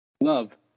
Love